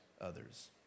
others